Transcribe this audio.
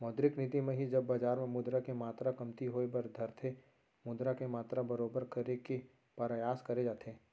मौद्रिक नीति म ही जब बजार म मुद्रा के मातरा कमती होय बर धरथे मुद्रा के मातरा बरोबर करे के परयास करे जाथे